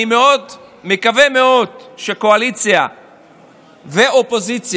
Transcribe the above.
אני מקווה מאוד שהקואליציה והאופוזיציה